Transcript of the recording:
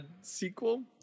sequel